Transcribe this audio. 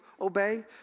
obey